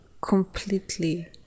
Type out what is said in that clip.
completely